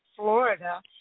Florida